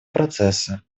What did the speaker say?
процесса